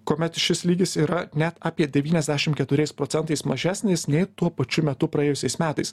kuomet šis lygis yra net apie devyniasdešim keturiais procentais mažesnis nei tuo pačiu metu praėjusiais metais